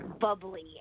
bubbly